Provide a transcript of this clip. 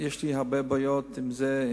יש לי הרבה בעיות עם זה,